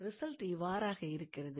result இவ்வாறாக இருக்கிறது